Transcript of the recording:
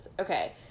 Okay